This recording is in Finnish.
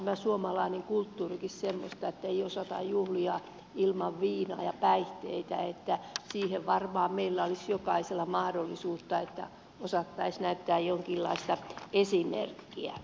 tämä suomalainen kulttuurikin on semmoista että ei osata juhlia ilman viinaa ja päihteitä niin että siihen varmaan meillä olisi jokaisella mahdollisuus että osattaisiin näyttää jonkinlaista esimerkkiä